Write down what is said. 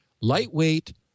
Lightweight